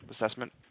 assessment